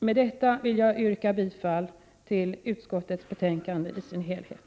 Med detta vill jag yrka bifall till utskottets hemställan i dess helhet.